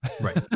Right